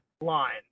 line